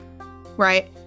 right